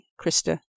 Krista